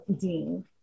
Dean